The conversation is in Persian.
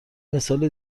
مثال